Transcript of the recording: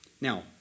now